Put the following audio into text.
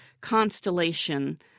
constellation